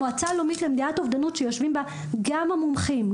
המועצה הלאומית למניעת אובדנות שיושבים בה גם המומחים,